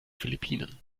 philippinen